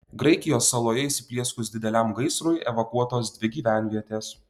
graikijos saloje įsiplieskus dideliam gaisrui evakuotos dvi gyvenvietės